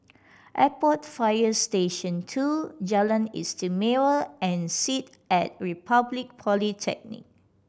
Airport Fire Station Two Jalan Istimewa and sit At Republic Polytechnic